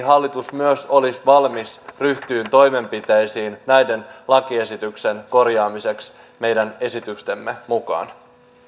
hallitus myös olisi valmis ryhtymään toimenpiteisiin näiden lakiesityksen korjaamiseksi meidän esitystemme mukaan